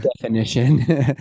definition